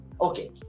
Okay